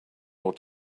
ought